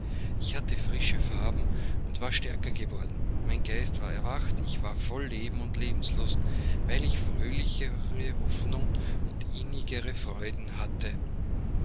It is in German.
ich hatte frische farben und war stärker geworden mein geist war erwacht ich war voll leben und lebenslust weil ich fröhlichere hoffnungen und innigere freuden hatte